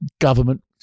Government